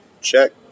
check